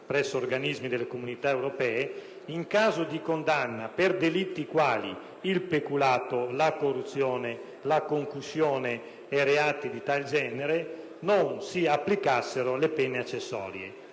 presso organismi delle Comunità europee - in casi di condanna per delitti quali il peculato, la corruzione, la concussione e reati di tal genere non si applicassero le pene accessorie.